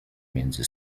między